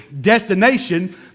destination